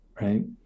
right